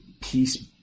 peace